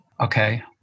okay